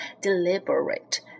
deliberate